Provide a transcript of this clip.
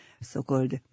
so-called